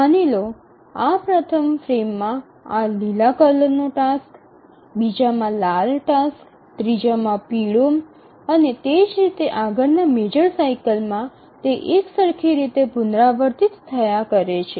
માની લો આ પ્રથમ ફ્રેમમાં આ લીલા કલરનો ટાસ્ક બીજામાં લાલ ટાસ્ક ત્રીજામાં પીળો અને તે જે રીતે આગળના મેજર સાઇકલમાં તે એકસરખી રીતે પુનરાવર્તિત થયા કરે છે